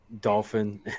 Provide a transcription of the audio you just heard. dolphin